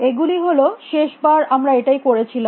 এগুলি হল শেষ বার আমরা এটাই করে ছিলাম